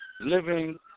living